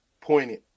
pointed